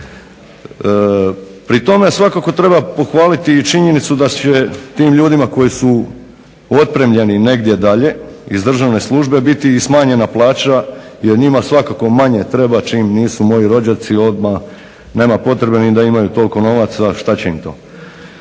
Pri tome svakako treba pohvaliti i činjenicu da će tim ljudima koji su otpremljeni negdje dalje iz državne službe biti smanjena plaća jer njima svakako manje treba čim nisu moji rođaci odmah, nema potrebe da imaju toliko novaca, što će im to.